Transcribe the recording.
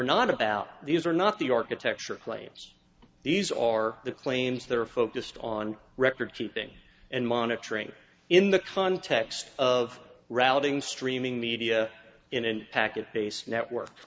not about these are not the architecture claims these are the claims that are focused on record keeping and monitoring in the context of routing streaming media in and packet based network